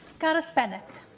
gareth bennett